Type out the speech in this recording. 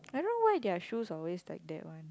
I don't know why their shoes always like that one